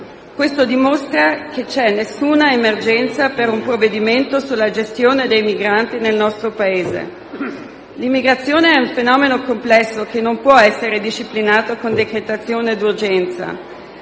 Questo dimostra che non c'è alcuna emergenza per un provvedimento sulla gestione dei migranti nel nostro Paese. L'immigrazione è un fenomeno complesso, che non può essere disciplinato con decretazione d'urgenza.